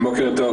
בוקר טוב.